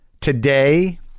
today